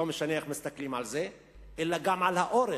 לא משנה איך מסתכלים על זה, אלא גם על האורך.